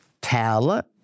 talent